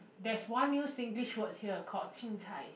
that is one new singlish word here called chin-cai